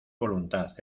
voluntad